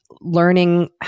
learning